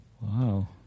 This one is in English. wow